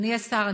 אדוני השר,